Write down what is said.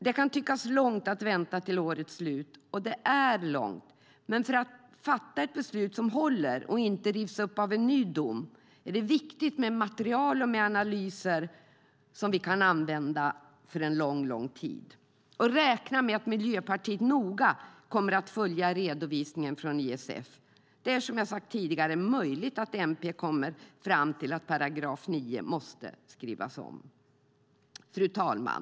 Det kan tyckas som en lång tid att vänta till årets slut, och det är det också. Men för att fatta ett beslut som håller och inte rivs upp av en ny dom är det viktigt med material och analyser som vi kan använda under lång tid. Räkna med att Miljöpartiet noga kommer att följa redovisningen från ISF! Det är, som jag sagt tidigare, möjligt att MP kommer fram till att § 9 måste skrivas om. Fru talman!